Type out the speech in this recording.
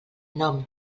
nom